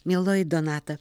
mieloji donata